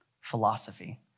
philosophy